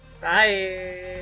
Bye